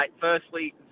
Firstly